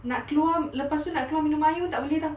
nak keluar lepas tu nak keluar minum air pun tak boleh [tau]